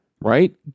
right